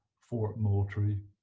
fort moultrie,